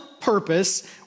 purpose